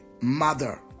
Mother